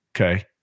Okay